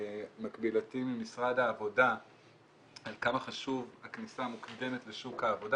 מקבילתי ממשרד העבודה על כמה חשובה הכניסה המוקדמת לשוק העבודה,